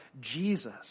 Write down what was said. jesus